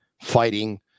fighting